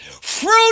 Fruit